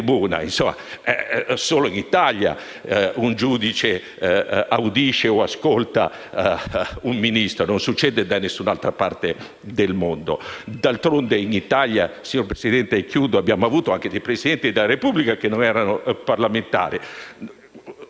tribuna. Solo in Italia un giudice audisce o ascolta un Ministro, non succede da nessun'altra parte del mondo. D'altronde, signora Presidente, in Italia abbiamo avuto anche Presidenti della Repubblica che non erano parlamentari